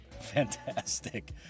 fantastic